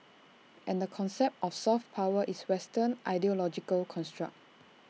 and the concept of soft power is western ideological construct